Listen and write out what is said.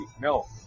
No